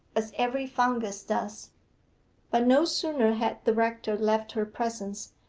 as every fungus does but no sooner had the rector left her presence,